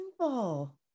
simple